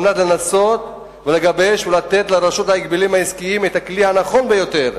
על מנת לנסות לגבש ולתת לרשות ההגבלים העסקיים את הכלי הנכון ביותר,